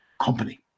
company